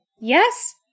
Yes